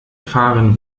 fahren